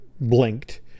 blinked